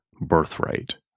birthright